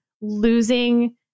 losing